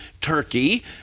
Turkey